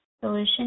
solution